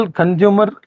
consumer